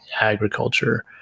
agriculture